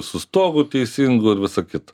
su stogu teisingu ir visa kita